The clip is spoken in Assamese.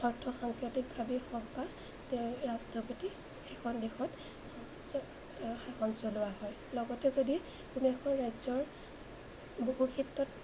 অৰ্থ সাংকেতিকভাৱেই হওক বা তেওঁ ৰাষ্ট্ৰপতি সেইখন দেশত শাসন চলোৱা হয় লগতে যদি কোনো এখন ৰাজ্যৰ বহু ক্ষেত্ৰত